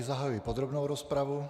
Zahajuji tedy podrobnou rozpravu.